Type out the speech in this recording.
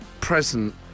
present